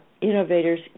innovators